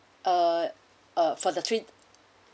uh uh for the treat